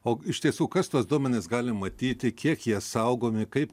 o iš tiesų kas tuos duomenis gali matyti kiek jie saugomi kaip